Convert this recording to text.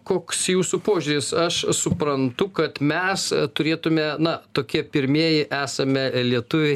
koks jūsų požiūris aš suprantu kad mes turėtume na tokie pirmieji esame lietuviai